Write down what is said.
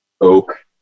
oak